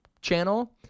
channel